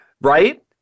right